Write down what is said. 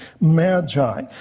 magi